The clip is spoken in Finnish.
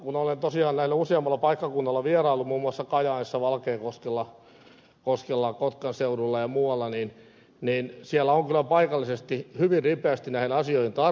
kun olen tosiaan näillä useammalla paikkakunnalla vieraillut muun muassa kajaanissa valkeakoskella kotkan seudulla ja muualla niin siellä on kyllä paikallisesti hyvin ripeästi näihin asioihin tartuttu